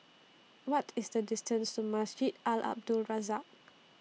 What IS The distance to Masjid Al Abdul Razak